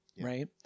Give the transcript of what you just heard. right